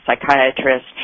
psychiatrist